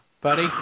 buddy